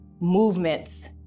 movements